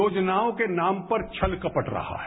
योजनाओं के नाम पर छल कपट रहा है